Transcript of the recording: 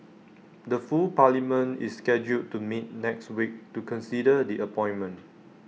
the full parliament is scheduled to meet next week to consider the appointment